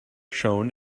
shown